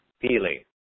feeling